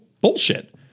Bullshit